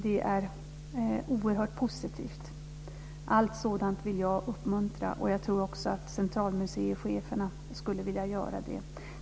Det är oerhört positivt. Allt sådant vill jag uppmuntra, och jag tror också att centralmuseicheferna vill göra det.